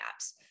apps